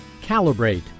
Calibrate